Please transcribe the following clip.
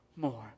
more